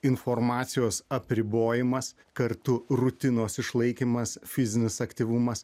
informacijos apribojimas kartu rutinos išlaikymas fizinis aktyvumas